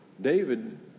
David